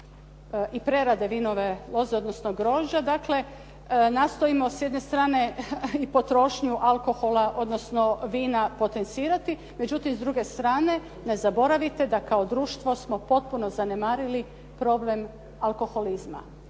i prerade vinove loze, odnosno grožđa dakle, nastojimo s jedne strane i potrošnju alkohola, odnosno vina potencirati, međutim, s druge strane ne zaboravite da kao društvo smo potpuno zanemarili problem alkoholizma,